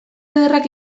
ederrak